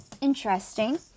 interesting